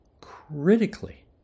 critically